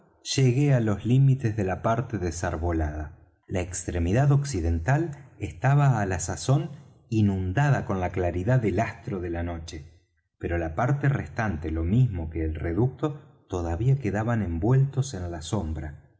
llegué á los límites de la parte desarbolada la extremidad occidental estaba á la sazón inundada con la claridad del astro de la noche pero la parte restante lo mismo que el reducto todavía quedaban envueltos en la sombra